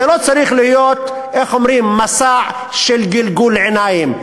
זה לא צריך להיות מסע של גלגול עיניים.